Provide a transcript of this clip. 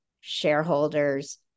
shareholders